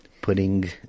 putting